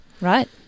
Right